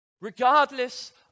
Regardless